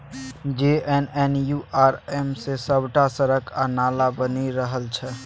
JNNURM सँ सभटा सड़क आ नाला बनि रहल छै